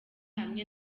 hamwe